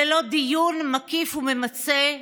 ללא דיון מקיף וממצה,